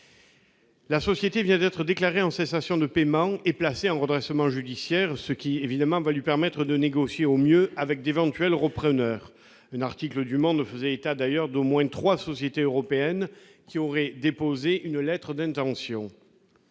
La société vient d'être déclarée en cessation de paiement et placée en redressement judiciaire, ce qui lui permettra évidemment de négocier au mieux avec d'éventuels repreneurs. D'ailleurs, un article du journal faisait état d'au moins trois sociétés européennes qui auraient déposé une lettre d'intention.